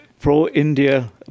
Pro-India